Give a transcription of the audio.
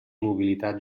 mobilitat